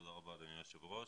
תודה רבה, אדוני היושב ראש.